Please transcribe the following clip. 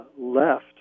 left